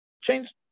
Change